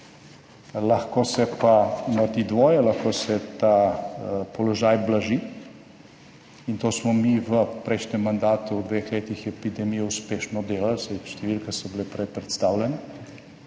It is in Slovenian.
Lahko se pa naredi dvoje. Lahko se ta položaj blaži in to smo mi v prejšnjem mandatu v dveh letih epidemije uspešno delali, saj številke so bile prej predstavljene,